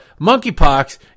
monkeypox